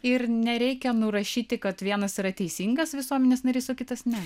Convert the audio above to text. ir nereikia nurašyti kad vienas yra teisingas visuomenės narys o kitas ne